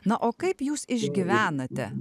na o kaip jūs išgyvenate